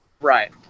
Right